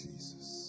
Jesus